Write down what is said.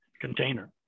container